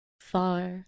far